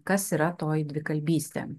kas yra toji dvikalbystė